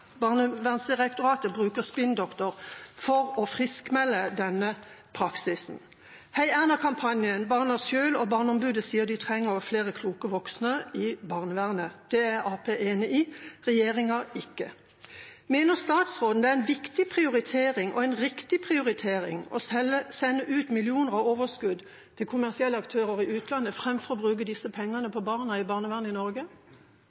bruker spinndoktorer for å friskmelde denne praksisen. Heierna-kampanjen, barna selv og Barneombudet sier de trenger flere kloke voksne i barnevernet. Det er Arbeiderpartiet enig i, regjeringa er det ikke. Mener statsråden det er en viktig prioritering og en riktig prioritering å sende ut millioner av overskudd til kommersielle aktører i utlandet framfor å bruke disse pengene på barna i barnevernet i Norge?